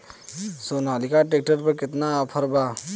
Sonalika tractor पर केतना offer बा?